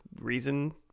reason